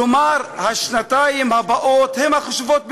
כלומר, השנתיים הבאות הן החשובות ביותר,